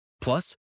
Plus